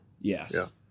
Yes